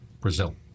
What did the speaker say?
Brazil